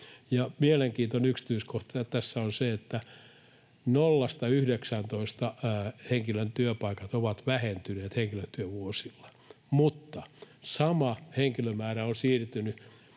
mielenkiintoinen yksityiskohta tässä on se, että 0—19 henkilön työpaikat ovat vähentyneet henkilötyövuosilla, mutta sama henkilömäärä on siirtynyt